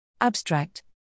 Abstract